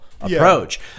approach